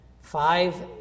Five